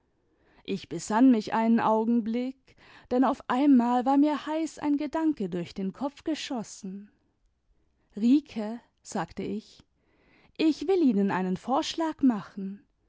ich besann mich einen augenblick denn auf einmal war mir heiß ein gedanke durch den kopf geschossen rike sagte ich ich will ihnen einen vorschlag machen